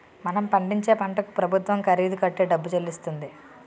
మనం పండించే పంటకు ప్రభుత్వం ఖరీదు కట్టే డబ్బు చెల్లిస్తుంది